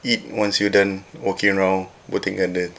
eat once you done walking round botanic garden